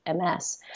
MS